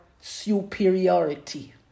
superiority